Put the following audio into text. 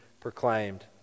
proclaimed